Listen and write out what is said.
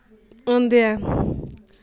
होंदे ऐ